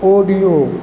audio